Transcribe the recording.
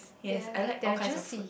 yes I like all kinds of fruit